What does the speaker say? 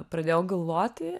pradėjau galvoti